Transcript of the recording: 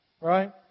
Right